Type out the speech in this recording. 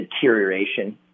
deterioration